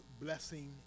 blessing